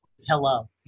hello